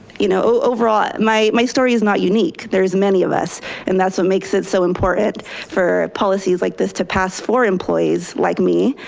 you know, overall, my my story is not unique. there is many of us and that's what makes it so important for policies like to pass for employees like me